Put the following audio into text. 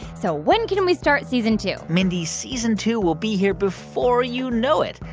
so when can we start season two? mindy, season two will be here before you know it.